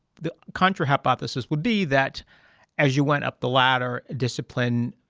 the contra-hypothesis would be that as you went up the latter, discipline,